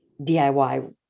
DIY